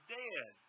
dead